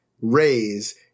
raise